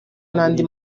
n’andi